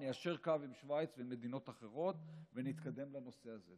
ניישר קו עם שווייץ ועם מדינות אחרות ונתקדם בנושא הזה.